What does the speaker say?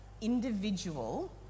individual